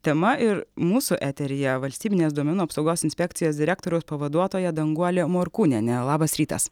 tema ir mūsų eteryje valstybinės duomenų apsaugos inspekcijas direktoriaus pavaduotoja danguolė morkūnienė labas rytas